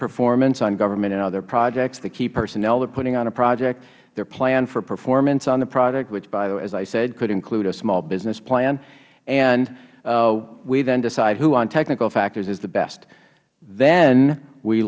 performance on government and other projects the key personnel they are putting on a project their plan for performance on the project which as i said could include a small business plan and we then decide who on technical factors is the best then we